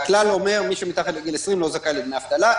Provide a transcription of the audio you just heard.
הכלל אומר שמי שמתחת לגיל 20 לא זכאי לדמי אבטלה,